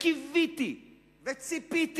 קיוויתי וציפיתי